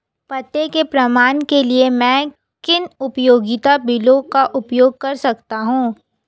पते के प्रमाण के लिए मैं किन उपयोगिता बिलों का उपयोग कर सकता हूँ?